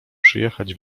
przyjechać